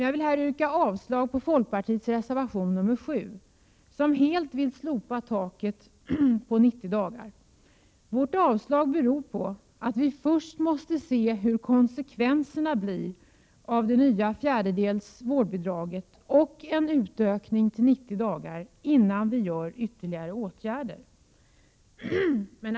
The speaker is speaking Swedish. Jag vill här yrka avslag på folkpartiets reservation 7, som helt vill slopa taket på 90 dagar. Mitt yrkande om avslag beror på att vi först måste se vilka konsekvenserna blir av det nya fjärdedels vårdbidraget och utökningen till 90 dagar, innan vi vidtar ytterligare åtgärder.